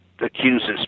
accuses